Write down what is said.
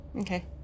Okay